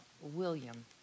William